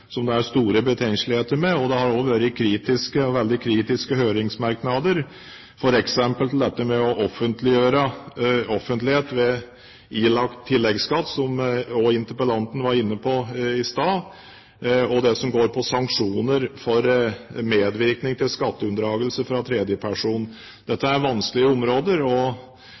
som det er store betenkeligheter med. Det har også vært veldig kritiske høringsmerknader til f.eks. til dette med å offentliggjøre ilagt tilleggsskatt, som også interpellanten var inne på i stad, og det som går på sanksjoner overfor tredjeperson ved medvirkning til skatteunndragelse. Dette er vanskelige områder, og